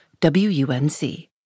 WUNC